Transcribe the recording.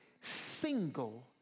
single